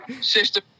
sister